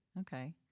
okay